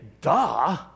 duh